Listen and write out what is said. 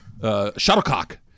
shuttlecock